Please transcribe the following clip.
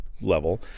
level